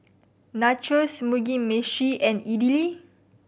Nachos Mugi Meshi and Idili